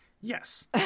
Yes